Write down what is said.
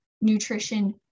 nutrition